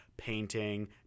painting